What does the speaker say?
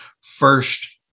first